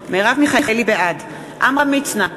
בעד עמרם מצנע,